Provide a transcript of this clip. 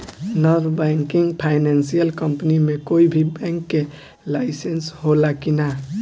Non banking financial company मे कोई भी बैंक के लाइसेन्स हो ला कि ना?